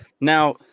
Now